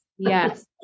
Yes